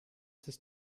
sich